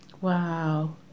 Wow